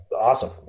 awesome